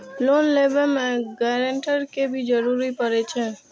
Loan लेबे में guarantor के भी जरूरी परे छै?